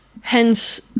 Hence